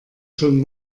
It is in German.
schon